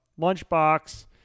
lunchbox